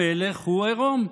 המלך הוא עירום.